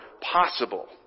possible